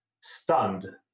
stunned